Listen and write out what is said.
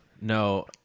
No